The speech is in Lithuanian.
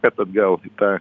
kad atgauti tą